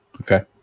Okay